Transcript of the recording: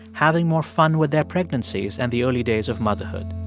having more fun with their pregnancies and the early days of motherhood